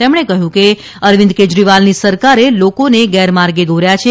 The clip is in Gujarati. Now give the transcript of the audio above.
તેમણે કહ્યું કે અરવિંદ કેજરીવાલની સરકારે લોકોને ગેરમાર્ગે દોર્યા છે